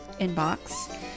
inbox